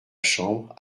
chambre